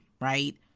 right